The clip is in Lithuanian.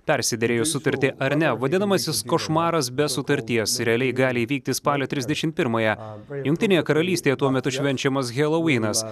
persiderėjus sutartį ar ne vadinamasis košmaras be sutarties realiai gali įvykti spalio trisdešim pirmąją jungtinėje karalystėje tuo metu švenčiamas helovinas